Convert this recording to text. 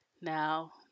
Now